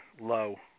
low